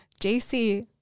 JC